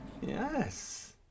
yes